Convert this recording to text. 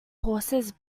horses